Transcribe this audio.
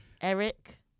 Eric